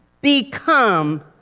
become